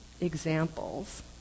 examples